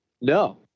No